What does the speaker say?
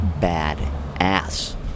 bad-ass